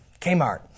Kmart